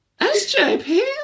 SJP